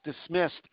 dismissed